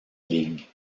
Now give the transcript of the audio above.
ligue